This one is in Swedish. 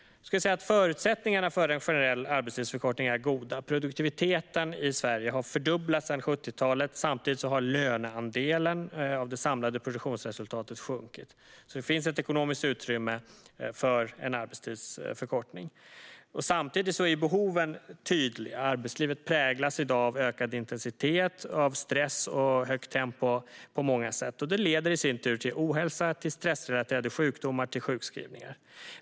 Förutsättningarna för en generell arbetstidsförkortning är goda. Produktiviteten har i Sverige fördubblats sedan 1970-talet. Samtidigt har löneandelen av det samlade produktionsresultatet sjunkit. Det finns alltså ett ekonomiskt utrymme för en arbetstidsförkortning. Samtidigt är behoven tydliga. Arbetslivet präglas i dag på många sätt av ökad intensitet, stress och högt tempo. Detta leder i sin tur till ohälsa, stressrelaterade sjukdomar och sjukskrivningar.